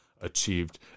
achieved